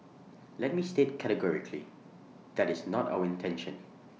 let me state categorically that is not our intention